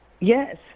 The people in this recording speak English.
Yes